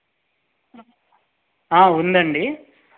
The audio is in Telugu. ఉందండి